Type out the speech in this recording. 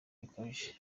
bikabije